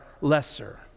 lesser